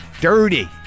dirty